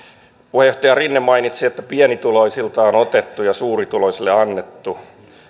puheenjohtaja rinne mainitsi että pienituloisilta on otettu ja suurituloisille annettu